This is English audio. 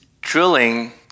drilling